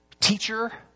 Teacher